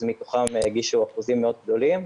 אז מתוכם הגישו אחוזים מאוד גדולים.